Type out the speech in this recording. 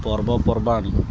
ପର୍ବପର୍ବାଣି